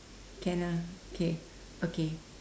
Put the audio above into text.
can ah okay okay